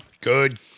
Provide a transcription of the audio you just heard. Good